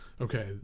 okay